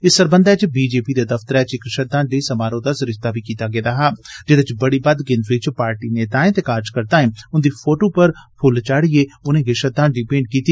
इस सरबंधै च बीजेपी दे दफतरै च इक श्रद्धांजलि समारोह दा सरिस्ता कीता गेआ हा जेदे च बड़ी बद्द गिनत्री च पार्टी नेताएं ते कार्जकर्ताएं उन्दी फोटू पर फुल्ल चादिए उनेंगी श्रद्धांजलि भेंट कीती